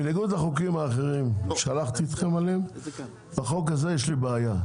בניגוד לחוקים האחרים שהלכתי איתכם עליהם בחוק הזה יש לי בעיה.